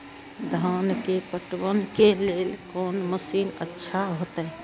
धान के पटवन के लेल कोन मशीन अच्छा होते?